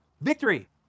victory